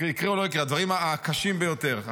הדברים הקשים ביותר,